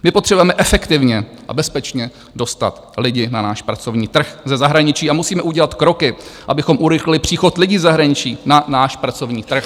Je potřeba efektivně a bezpečně dostat lidi na náš pracovní trh ze zahraničí a musíme udělat kroky, abychom urychlili příchod lidí ze zahraničí na náš pracovní trh.